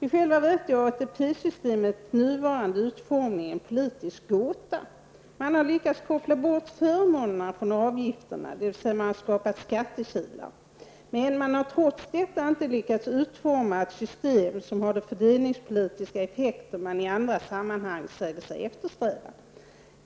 I själva verket är ATP-systemets nuvarande utformning en politisk gåta. Man har lyckats koppla bort förmånerna från avgifterna men man har trots detta inte lyckats utforma ett system som har de fördelningspolitiska effekter man i andra sammanhang säger sig eftersträva.